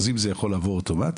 אז אם זה יכול לעבור אוטומטית,